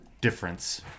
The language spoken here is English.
difference